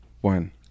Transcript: one